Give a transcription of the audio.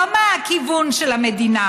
לא מהכיוון של המדינה,